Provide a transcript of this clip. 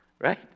right